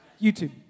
YouTube